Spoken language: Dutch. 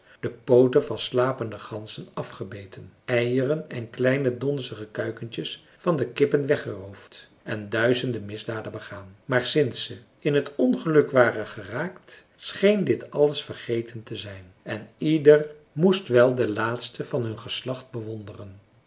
de pooten van slapende ganzen afgebeten eieren en kleine donzige kuikentjes van de kippen weggeroofd en duizenden misdaden begaan maar sinds ze in het ongeluk waren geraakt scheen dit alles vergeten te zijn en ieder moest wel de laatsten van hun geslacht bewonderen